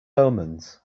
omens